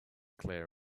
clear